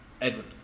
Edward